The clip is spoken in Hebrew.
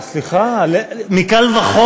איך אתה יכול להשוות, סליחה, מקל וחומר,